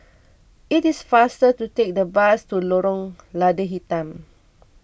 it is faster to take the bus to Lorong Lada Hitam